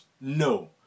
No